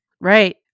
right